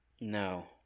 No